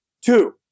Two